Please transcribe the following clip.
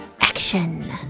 action